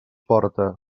porta